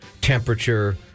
temperature